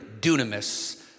dunamis